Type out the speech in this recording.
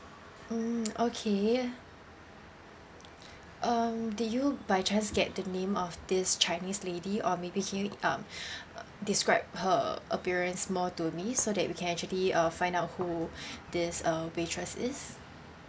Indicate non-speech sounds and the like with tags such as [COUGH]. mm okay um did you by chance get the name of this chinese lady or maybe can you um [BREATH] describe her appearance more to me so that we can actually uh find out who [BREATH] this uh waitress is